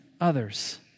others